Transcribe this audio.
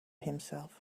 himself